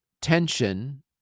tension